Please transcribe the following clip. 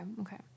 Okay